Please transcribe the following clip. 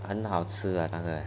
很好吃 ah 那个